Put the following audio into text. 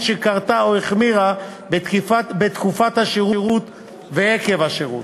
שקרתה או החמירה בתקופת השירות ועקב השירות,